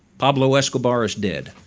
pablo escobar is dead.